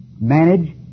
Manage